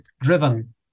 driven